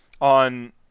on